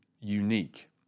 unique